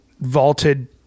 vaulted